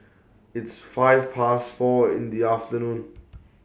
its five Past four in The afternoon